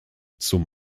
zum